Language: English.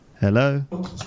Hello